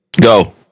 Go